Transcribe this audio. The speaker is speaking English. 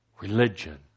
religion